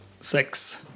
Six